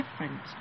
different